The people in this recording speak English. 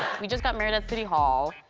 we just got married at city hall.